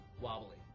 wobbly